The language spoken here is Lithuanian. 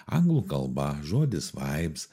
anglų kalba žodis vaips